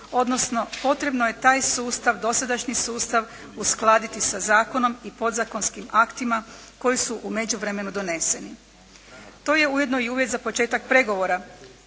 odnosno potrebno je taj sustav, dosadašnji sustav uskladiti sa zakonom i podzakonskim aktima koji su u međuvremenu doneseni. To je ujedno i uvjet za početak pregovora